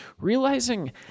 Realizing